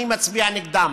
אני מצביע נגדם,